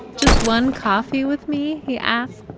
just one coffee with me? he asks.